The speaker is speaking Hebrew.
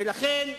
ולכן,